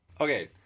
okay